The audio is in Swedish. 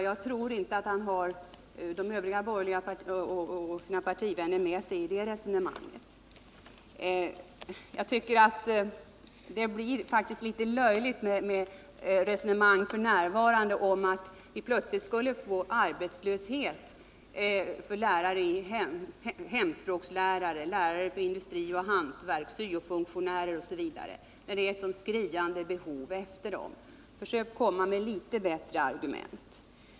Jag tror inte att Rune Rydén har sina partivänner med sig i det resonemanget. Jag tycker att det faktiskt är litet löjligt att nu föra en diskussion om att vi plötsligt skulle få ett överskott av hemspråkslärare, industrioch hantverkslärare, syo-funktionärer osv., när det i stället finns ett skriande behov av dessa. Försök därför att komma med litet bättre argument!